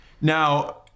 Now